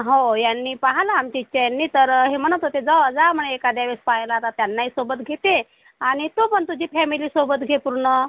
हो यांनी पाहिलं आमच्या इथच्या यांनी तर हे म्हणत होते जा जा म्हणे एखाद्या वेळेस पहायला आता त्यांनाही सोबत घेते आणि तू पण तुझी फॅमिली सोबत घे पूर्ण